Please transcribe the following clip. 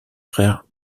frères